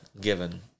given